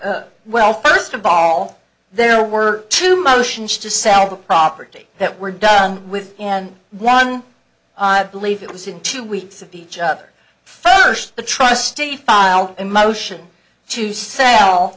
inside well first of all there were two motions to sell the property that were done with and one i believe it was in two weeks of each other first the trustee filed a motion to s